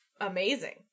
amazing